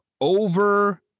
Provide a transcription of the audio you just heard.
over